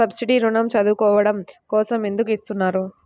Subsidy ఋణం చదువుకోవడం కోసం ఎందుకు ఇస్తున్నారు?